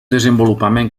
desenvolupament